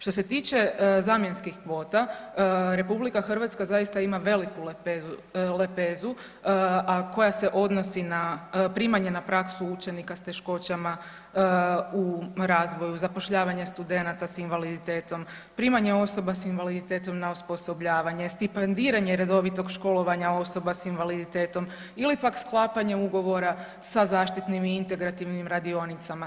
Što se tiče zamjenskih kvota RH zaista ima veliku lepezu, a koja se odnosi na primanje na praksu učenika s teškoćama u razvoju, zapošljavanje studenata s invaliditetom, primanje osoba s invaliditetom na osposobljavanje, stipendiranje redovitog školovanja osoba s invaliditetom ili pak sklapanje ugovora sa zaštitnim i integrativnim radionicama.